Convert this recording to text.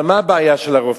אבל מה הבעיה של הרופאים?